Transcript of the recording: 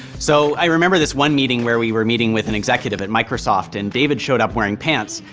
so, i remember this one meeting where we were meeting with an executive at microsoft and david showed up wearing pants.